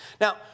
Now